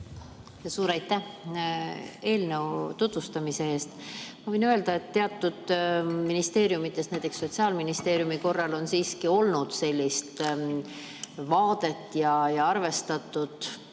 Suur aitäh eelnõu tutvustamise eest! Ma võin öelda, et teatud ministeeriumides, näiteks Sotsiaalministeeriumis, on siiski olnud sellist vaadet, mis arvestab